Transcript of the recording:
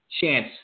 chance